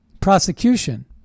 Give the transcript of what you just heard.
prosecution